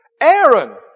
Aaron